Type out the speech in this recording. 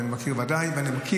בוודאי שאני מכיר,